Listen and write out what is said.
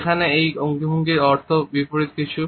যেখানে এই অঙ্গভঙ্গির অর্থ বিপরীত কিছু